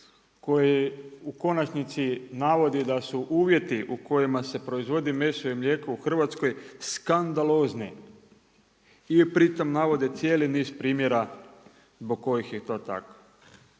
koji u konačnici navodi da su uvjeti u kojima se proizvodi meso i mlijeko u Hrvatskoj skandalozni i pri tome navode cijeli niz primjera zbog kojih je to tako.